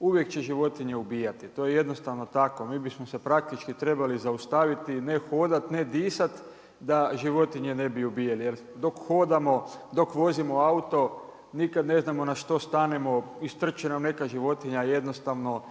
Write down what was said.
uvijek će životinje ubijati, to je jednostavno tako. Mi bismo se praktički trebali zaustaviti, ne hodati, ne disati da životinje ne bi ubijali jer dok hodamo, dok vozimo auto, nikad ne znam na što stanemo, istrči nam neka životinja jednostavno